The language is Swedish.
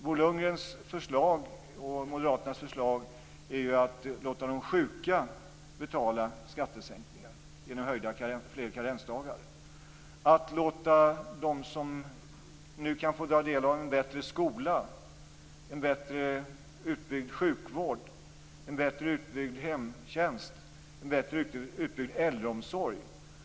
Bo Lundgrens och Moderaternas förslag är ju att låta de sjuka betala skattesänkningar genom fler karensdagar. Man vill låta dem som nu kan få ta del av en bättre skola, en bättre utbyggd sjukvård, en bättre utbyggd hemtjänst och en bättre utbyggd äldreomsorg betala.